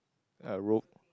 a rope